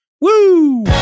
Woo